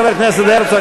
חבר הכנסת הרצוג,